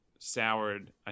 soured